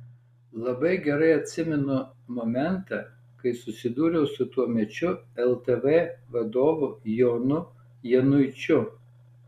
labai gerai atsimenu momentą kai susidūriau su tuomečiu ltv vadovu jonu januičiu